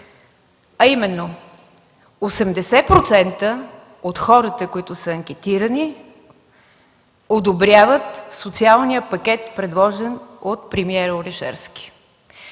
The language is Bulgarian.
а именно: 80% от хората, които са анкетирани, одобряват социалния пакет, предложен от премиера Орешарски.